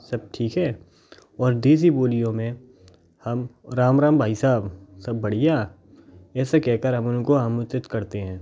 सब ठीक है और देसी बोलियों में हम राम राम भाई साहब सब बढ़िया ऐसे कह कर हम उनको आमंत्रित करते हैं